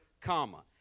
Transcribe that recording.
comma